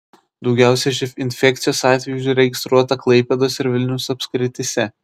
daugiausiai živ infekcijos atvejų užregistruota klaipėdos ir vilniaus apskrityse